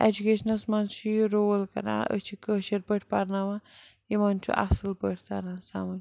اٮ۪جُکیشنَس منٛز چھِ یہِ رول کَران أسۍ چھِ کٲشٕر پٲٹھۍ پَرناوان یِمَن چھُ اَصٕل پٲٹھۍ تَران سمٕجھ